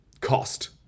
cost